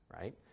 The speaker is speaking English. right